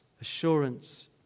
assurance